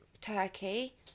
turkey